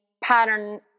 pattern